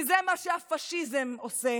כי זה מה שהפשיזם עושה,